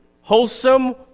wholesome